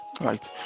right